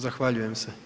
Zahvaljujem se.